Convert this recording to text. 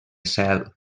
cel